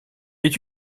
est